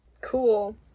cool